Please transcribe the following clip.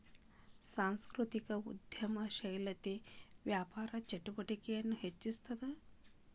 ಸಾಂಸ್ಕೃತಿಕ ಉದ್ಯಮಶೇಲತೆ ವ್ಯಾಪಾರ ಚಟುವಟಿಕೆನ ಹೆಚ್ಚಿಸ್ತದ